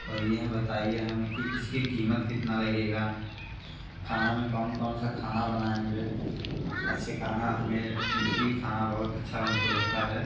और यह बताइए हमें कि इसकी कीमत कितना लगेगा खाना में कौन कौन सा खाना बनाएँगे अच्छे खाना हमें क्योंकि खाना बहुत अच्छा उनको लगता है